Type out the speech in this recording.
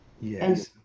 Yes